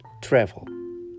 Travel